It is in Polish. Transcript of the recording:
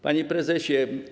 Panie Prezesie!